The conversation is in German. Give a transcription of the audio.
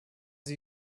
sie